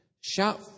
shout